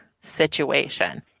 situation